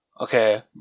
Okay